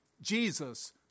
Jesus